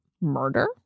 murder